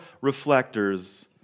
reflectors